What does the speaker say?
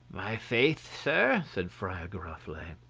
my faith, sir, said friar giroflee,